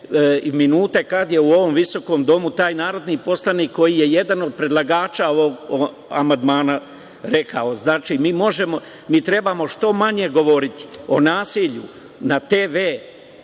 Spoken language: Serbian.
i minute kada je u ovom visokom Domu taj narodni poslanik koji je jedan od predlagača ovog amandmana, rekao. Mi trebamo što manje govoriti o nasilju na TV-u,